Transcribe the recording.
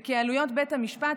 וכי עלויות בית המשפט,